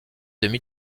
demi